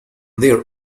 there